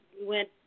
went